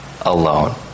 alone